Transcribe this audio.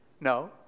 No